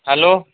hello